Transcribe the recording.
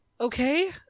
okay